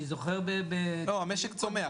אני זוכר ב --- המשק צומח.